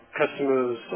customers